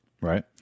right